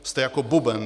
Jste jako buben.